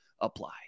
apply